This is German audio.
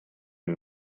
den